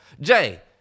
Jay